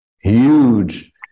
huge